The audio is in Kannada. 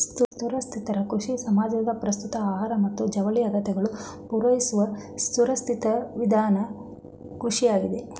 ಸುಸ್ಥಿರ ಕೃಷಿ ಸಮಾಜದ ಪ್ರಸ್ತುತ ಆಹಾರ ಮತ್ತು ಜವಳಿ ಅಗತ್ಯಗಳನ್ನು ಪೂರೈಸುವಸುಸ್ಥಿರವಿಧಾನದಕೃಷಿಯಾಗಿದೆ